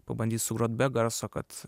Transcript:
pabandyt sugrot be garso kad